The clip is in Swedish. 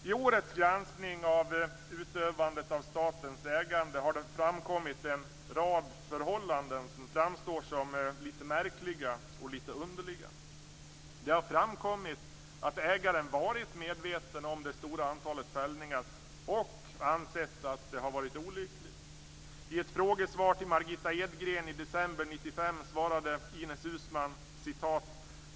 I årets granskning av utövandet av statens ägande har det framkommit en rad förhållanden som framstår som litet märkliga och underliga. Det har framkommit att ägaren varit medveten om det stora antalet fällningar och ansett att det har varit olyckligt.